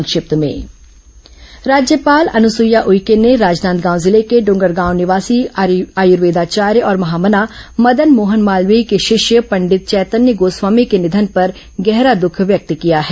संक्षिप्त समाचार राज्यपाल अनुसुईया उइके ने राजनांदगांव जिले के डोंगरगांव निवासी आयुर्वेदाचार्य और महामना मदन मोहन मालवीय के शिष्य पंडित चैतन्य गोस्वामी के निधन पर गहरा द्ख व्यक्त किया है